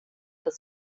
das